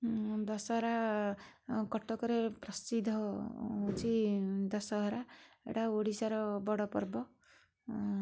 ଦଶହରା କଟକରେ ପ୍ରସିଦ୍ଧ ହେଉଛି ଦଶହରା ଏଇଟା ଓଡ଼ିଶାର ବଡ଼ ପର୍ବ